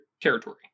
territory